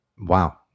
Wow